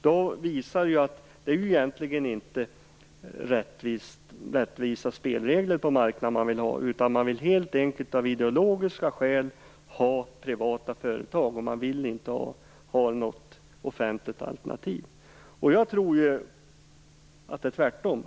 Det visar att det egentligen inte är rättvisa spelregler på marknaden som man är ute efter, utan man vill helt enkelt av ideologiska skäl ha privata företag. Man vill inte ha något offentligt alternativ. Jag tror ju att det är tvärtom.